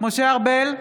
משה ארבל,